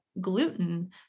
gluten